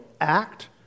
act